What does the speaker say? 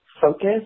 focus